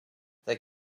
they